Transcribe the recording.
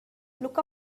look